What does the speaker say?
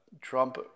Trump